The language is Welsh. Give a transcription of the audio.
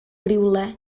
rywle